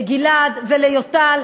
לגלעד וליוטל,